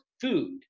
food